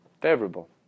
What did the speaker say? favorable